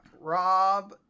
Rob